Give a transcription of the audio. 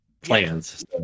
plans